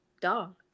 dog